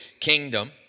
kingdom